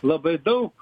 labai daug